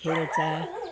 खेल्छ